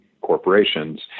corporations